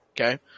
Okay